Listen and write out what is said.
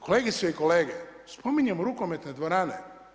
Kolegice i kolege, spominjemo rukometne dvorane.